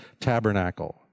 tabernacle